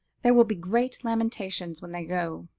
there will be great lamentations when they go.